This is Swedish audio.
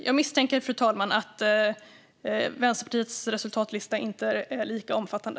Jag misstänker att Vänsterpartiets resultatlista inte är lika omfattande.